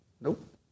Nope